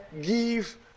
give